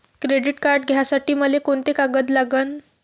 Credit card घ्यासाठी मले कोंते कागद लागन?